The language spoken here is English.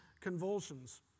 convulsions